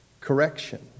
correction